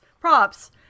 props